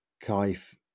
Kaif